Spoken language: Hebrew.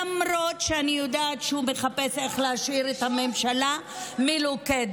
למרות שאני יודעת שהוא מחפש איך להשאיר את הממשלה מלוכדת.